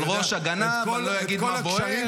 על ראש הגנב, אני לא אגיד מה בוער.